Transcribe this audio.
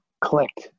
clicked